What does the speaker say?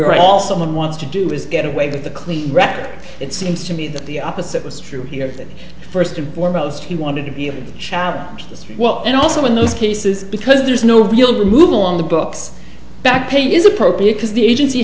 re all someone wants to do is get away with a clean record it seems to me that the opposite was true here that first and foremost he wanted to be able to challenge as well and also in those cases because there's no real removal on the books back pay is appropriate because the agency